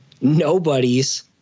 nobody's